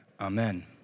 amen